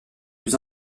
plus